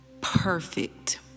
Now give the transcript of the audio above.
perfect